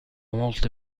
molte